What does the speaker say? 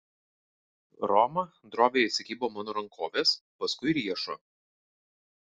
roma droviai įsikibo mano rankovės paskui riešo